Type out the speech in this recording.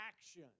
action